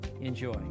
Enjoy